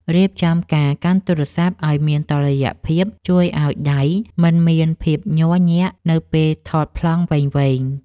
រៀបចំការកាន់ទូរស័ព្ទឱ្យមានតុល្យភាពជួយឱ្យដៃមិនមានភាពញ័រញាក់នៅពេលថតប្លង់វែងៗ។